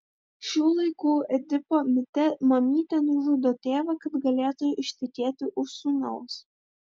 šių laikų edipo mite mamytė nužudo tėvą kad galėtų ištekėti už sūnaus